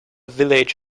village